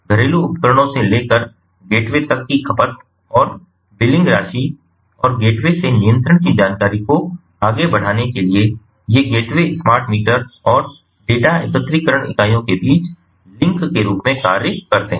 घरेलू उपकरणों से लेकर गेटवे तक की खपत और बिलिंग राशि और गेटवे से नियंत्रण की जानकारी को आगे बढ़ाने के लिए ये गेटवे स्मार्ट मीटर और डेटा एकत्रीकरण इकाइयों के बीच लिंक के रूप में कार्य करते हैं